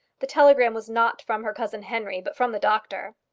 the telegram was not from her cousin henry, but from the doctor.